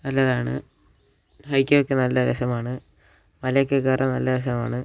നല്ലതാണ് ഹൈക്കൊക്കെ നല്ല രസമാണ് മലയൊക്കെ കയറാൻ നല്ല രസമാണ്